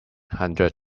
hundred